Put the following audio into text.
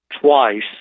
twice